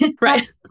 Right